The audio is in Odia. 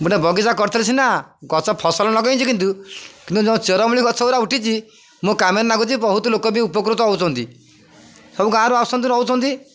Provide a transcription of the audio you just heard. ଗୋଟେ ବଗିଚା କରିଥିଲେ ସିନା ଗଛ ଫସଲ ଲଗାଇଛି କିନ୍ତୁ କିନ୍ତୁ ଯେଉଁ ଚେରମୂଳି ଗଛ ଗୁରା ଉଠିଛି ମୁଁ କାମରେ ଲାଗୁଛି ବହୁତ ଲୋକ ବି ଉପକୃତ ହେଉଛନ୍ତି ସବୁ ଗାଁରୁ ଆସୁଛନ୍ତି ରହୁଛନ୍ତି